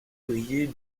brillait